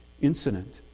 incident